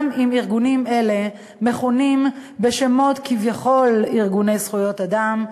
גם אם ארגונים אלה מכונים כביכול ארגוני זכויות אדם.